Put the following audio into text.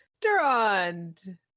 Durand